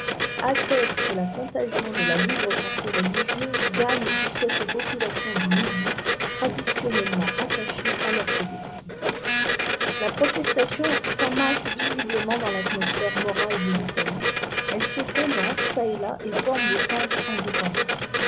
atteste que la contagion de la libre pensée religieuse gagne jusqu'à ces populations du midi traditionnellement attachées à l'orthodoxie la protestation s'amasse visiblement dans l'atmosphère morale de l'italie elle se condense çà et là et forme des centres indépendants